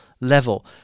level